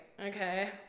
Okay